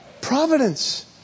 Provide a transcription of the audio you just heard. Providence